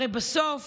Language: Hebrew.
הרי בסוף